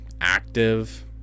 active